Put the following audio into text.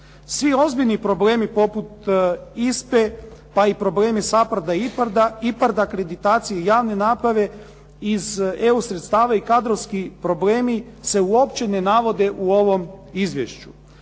Svi ozbiljni problemi poput ISPA-e pa i problemi SAPARD-a i IPARD-a akreditaciji javne nabave iz EU sredstava i kadrovski problemi se uopće ne navode u ovom izvješću.